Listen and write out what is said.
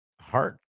heart